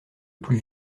plus